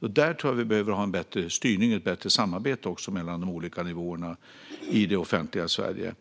Där tror jag att vi behöver ha bättre styrning och bättre samarbete, också mellan de olika nivåerna i det offentliga Sverige.